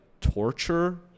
torture